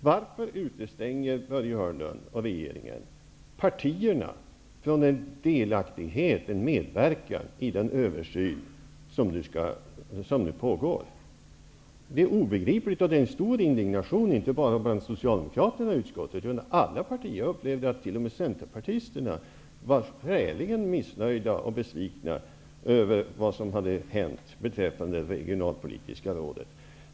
Varför utestänger Börje Hörnlund och regeringen riksdagspartierna från delaktighet och medverkan i den översyn som nu pågår? Det är obegripligt. Det finns en stor indignation inte bara bland socialdemokraterna i utskottet utan bland alla partier. Jag upplevde att t.o.m. centerpartisterna var skäligen missnöjda och besvikna över vad som hade hänt med det regionalpolitiska rådet.